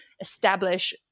establish